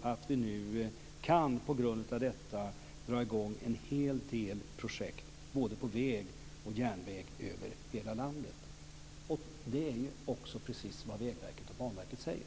att vi nu på grund av denna kan dra i gång en hel del projekt både på väg och järnväg över hela landet. Det är också precis vad Vägverket och Banverket säger.